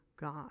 god